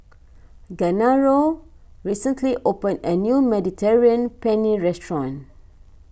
Genaro recently opened a new Mediterranean Penne restaurant